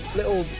little